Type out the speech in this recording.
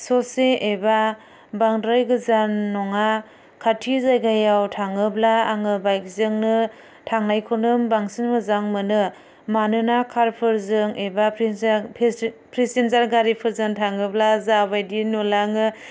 ससे एबा बांद्राय गोजान नङा खाथि जायगायाव थाङोब्ला आङो बाइकजोंनो थांनायखौनो बांसिन मोजां मोनो मानोना कारफोरजों एबा पेसेन्जार गारिफोरजों थाङोब्ला जाबायदि नुलाङो